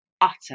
utter